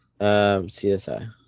CSI